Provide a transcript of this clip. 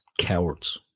Cowards